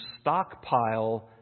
stockpile